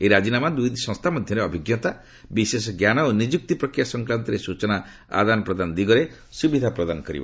ଏହି ରାଜିନାମା ଦୁଇ ସଂସ୍ଥା ମଧ୍ୟରେ ଅଭିଜ୍ଞତା ବିଶେଷ ଜ୍ଞାନ ଓ ନିଯୁକ୍ତି ପ୍ରକ୍ରିୟା ସଂକ୍ରାନ୍ତରେ ସୂଚନା ଆଦାନ ପ୍ରଦାନ ଦିଗରେ ସୁବିଧା ପ୍ରଦାନ କରିପାରିବ